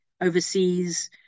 overseas